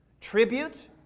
tribute